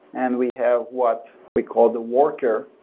and we have what we call the worker,